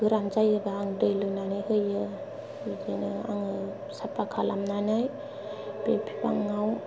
गोरान जायोबा आं दै लुनानै होयो बिदिनो आङो साफा खालामनानै बि बिफाङाव